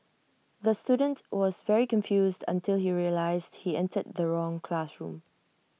the student was very confused until he realised he entered the wrong classroom